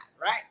right